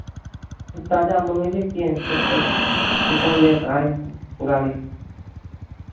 ताजा मंगईबे किए हैं खेत पर से किसान लेकर आए हैं गाड़ी